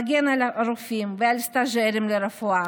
הוא מגן על הרופאים ועל סטז'רים לרפואה,